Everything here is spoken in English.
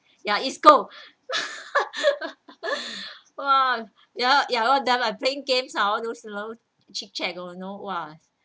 ya it's cold !wah! ya ya lor then I playing games ah all those low chit chat you know !wah!